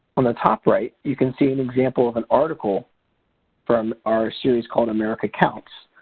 on the top right you can see an example of an article from our series called america counts,